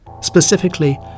specifically